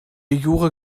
jure